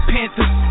Panthers